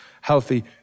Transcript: healthy